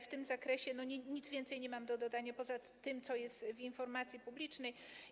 W tym zakresie nic więcej nie mam do dodania poza tym, co jest w informacji publicznej.